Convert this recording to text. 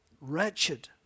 wretched